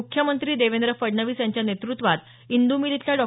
मुख्यमंत्री देवेंद्र फडणवीस यांच्या नेतृत्वात इंदू मिल इथल्या डॉ